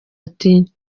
ati